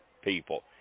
people